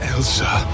Elsa